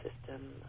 system